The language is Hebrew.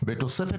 בתוספת